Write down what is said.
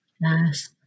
Yes